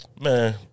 Man